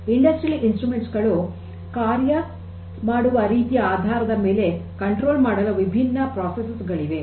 ಕೈಗಾರಿಕಾ ಉಪಕರಣಗಳು ಅವು ಕಾರ್ಯ ಮಾಡುವ ರೀತಿಯ ಆಧಾರದ ಮೇಲೆ ನಿಯಂತ್ರಣ ಮಾಡಲು ವಿಭಿನ್ನ ಪ್ರಕ್ರಿಯೆಗಳಿವೆ